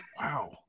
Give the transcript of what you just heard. wow